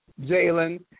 Jalen